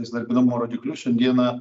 įsidarbinamumo rodiklius šiandieną